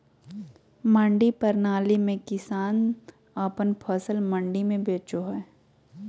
मंडी प्रणाली में किसान अपन फसल मंडी में बेचो हय